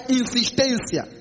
insistência